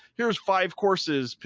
here's five courses,